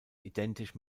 identisch